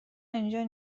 اینجا